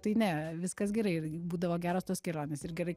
tai ne viskas gerai ir būdavo geros tos kelionės ir gerai